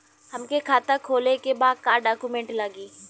हमके खाता खोले के बा का डॉक्यूमेंट लगी?